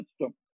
system